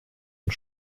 und